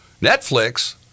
Netflix